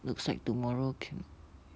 looks like tomorrow can